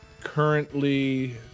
Currently